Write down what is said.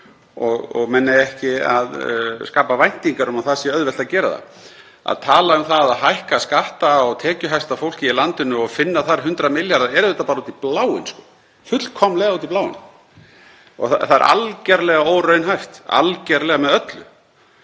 og menn eiga ekki að skapa væntingar um að það sé auðvelt að gera. Að tala um að hækka skatta á tekjuhæsta fólkið í landinu og finna þar 100 milljarða er auðvitað bara út í bláinn, fullkomlega út í bláinn. Það er algerlega óraunhæft. Algerlega með öllu.